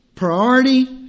Priority